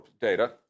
data